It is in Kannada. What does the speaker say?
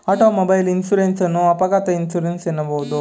ಆಟೋಮೊಬೈಲ್ ಇನ್ಸೂರೆನ್ಸ್ ಅನ್ನು ಅಪಘಾತ ಇನ್ಸೂರೆನ್ಸ್ ಎನ್ನಬಹುದು